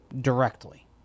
directly